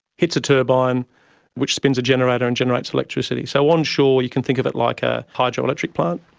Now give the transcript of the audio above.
hits a turbine which spins a generator and generates electricity. so onshore you can think of it like a hydroelectric plant,